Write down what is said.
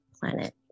planet